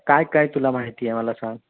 काय काय तुला माहिती आहे मला सांग